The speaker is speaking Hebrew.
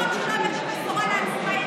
לא רק שלא הבאתם בשורה לעצמאים,